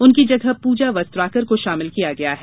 उनकी जगह पूजा वस्त्राकर को शामिले किया गया है